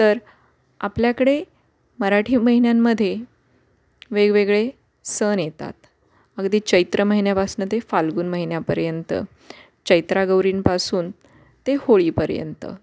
तर आपल्याकडे मराठी महिन्यांमध्ये वेगवेगळे सण येतात अगदी चैत्र महिन्यापासून ते फाल्गुन महिन्यापर्यंत चैत्रगौरींपासून ते होळीपर्यंत